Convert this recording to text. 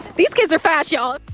these kids are fast ya'll.